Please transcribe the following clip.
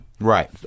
Right